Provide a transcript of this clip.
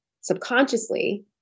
subconsciously